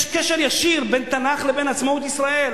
יש קשר ישיר בין התנ"ך לבין עצמאות ישראל,